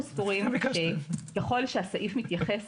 אנחנו סבורים שככול שהסעיף מתייחס